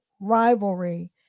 rivalry